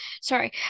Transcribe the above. Sorry